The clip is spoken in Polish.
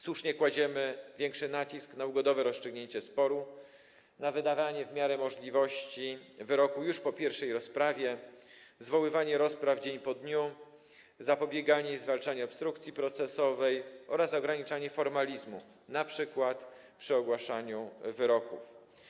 Słusznie kładziemy większy nacisk na ugodowe rozstrzygnięcie sporu, wydawanie w miarę możliwości wyroku już po pierwszej rozprawie, zwoływanie rozpraw dzień po dniu, zapobieganie i zwalczanie obstrukcji procesowej oraz ograniczanie formalizmu, np. przy ogłaszaniu wyroków.